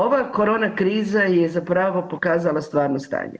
Ova korona kriza je zapravo pokazala stvarno stanje.